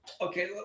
okay